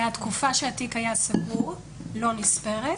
לפי ההנחיה, התקופה שהתיק היה סגור לא נספרת.